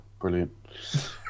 brilliant